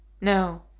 no